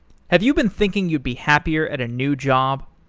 have you been thinking you'd be happier at a new job?